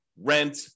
rent